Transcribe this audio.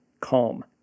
calm